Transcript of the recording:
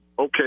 okay